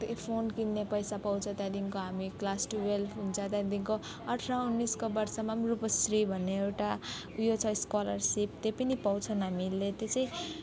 त्यही फोन किन्ने पैसा पाउँछ त्यहाँदेखिको हामी क्लास ट्वेल्भ जाँदादेखिको अठार उन्नाइसको वर्षमा पनि रूपाक्षी भन्ने एउटा उयो छ स्कोलरसिप त्यो पनि पाउँछन् हामीहरूले त्यो चाहिँ